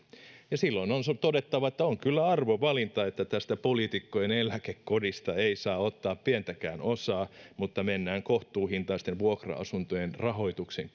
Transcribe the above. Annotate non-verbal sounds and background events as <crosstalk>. silloin on todettava että on kyllä arvovalinta että tästä poliitikkojen eläkekodista ei saa ottaa pientäkään osaa mutta mennään kohtuuhintaisten vuokra asuntojen rahoituksen <unintelligible>